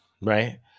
right